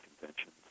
convention